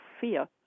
fear